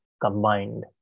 combined